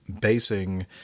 basing